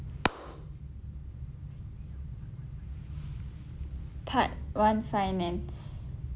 part one finance